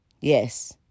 Yes